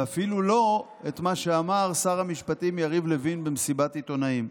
ואפילו לא את מה שאמר שר המשפטים יריב לוין במסיבת עיתונאים.